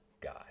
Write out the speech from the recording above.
guy